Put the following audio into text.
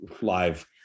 live